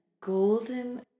golden